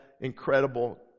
incredible